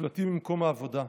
נפלטים ממקום העבודה.